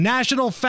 National